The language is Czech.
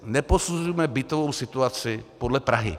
Neposuzujme bytovou situaci podle Prahy.